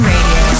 Radio